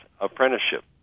apprenticeship